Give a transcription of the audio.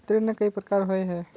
ऋण कई प्रकार होए है?